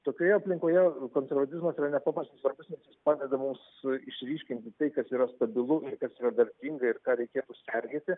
tokioje aplinkoje konservatyvizmas yra nepaprastai svarbus nes padeda mums išryškinti tai kas yra stabilu ir kas yra vertinga ir ką reikėtų sergėti